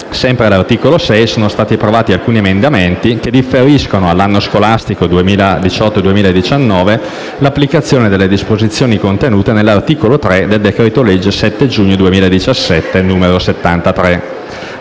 Sempre all'articolo 6 sono stati approvati alcuni emendamenti che differiscono all'anno scolastico 2018-2019 l'applicazione delle disposizioni contenute nell'articolo 3 del decreto-legge 7 giugno 2017, n. 73.